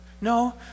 no